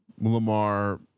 Lamar